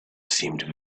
seemed